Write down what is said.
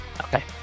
Okay